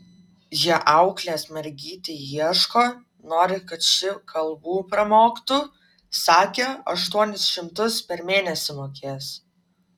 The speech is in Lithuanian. jie auklės mergytei ieško nori kad ši kalbų pramoktų sakė aštuonis šimtus per mėnesį mokės